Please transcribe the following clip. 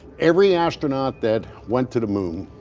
every astronaut that went to the moon,